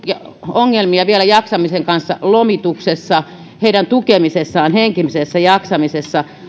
ongelmia vielä jaksamisen kanssa lomituksessa heidän tukemisessaan henkisessä jaksamisessa